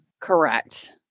Correct